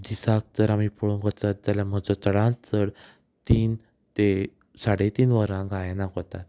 दिसाक जर आमी पळोवंक वचत जाल्यार म्हजो चडान चड तीन ते साडे तीन वरां गायनाक वतात